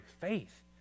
faith